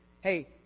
hey